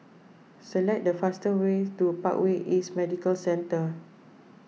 select the fastest way to Parkway East Medical Centre